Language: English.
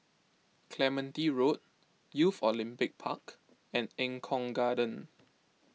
Clementi Road Youth Olympic Park and Eng Kong Garden